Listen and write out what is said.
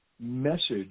message